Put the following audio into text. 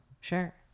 Sure